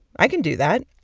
i can do that.